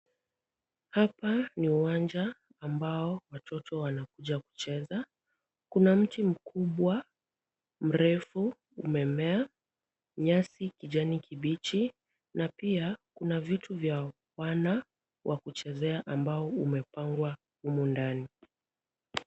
Hapa ni uwanja ambao watoto wanakuja kucheza. Kuna mti mkubwa mrefu umemea, nyasi kijani kibichi na pia kuna vitu vya wana wa kuchezea ambao umepangwa humu ndani.